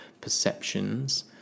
perceptions